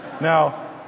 Now